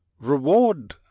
Reward